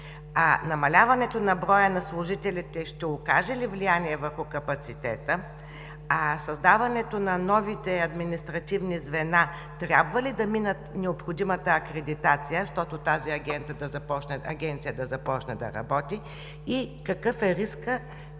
с: Намаляването на броя на служителите ще окаже ли влияние върху капацитета? Създаването на новите административни звена трябва ли да минат необходимата акредитация, защото тази Агенция да започне да работи? Какъв е рискът